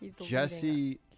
Jesse